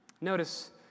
Notice